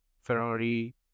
Ferrari